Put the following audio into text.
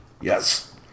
Yes